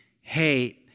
hey